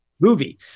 movie